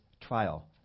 trial